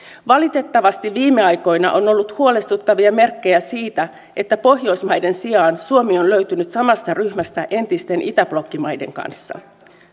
valitettavasti viime aikoina on ollut huolestuttavia merkkejä siitä että pohjoismaiden sijaan suomi on löytynyt samasta ryhmästä entisten itäblokkimaiden kanssa